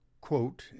quote